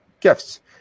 gifts